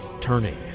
turning